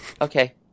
Okay